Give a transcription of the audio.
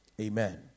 amen